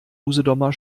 usedomer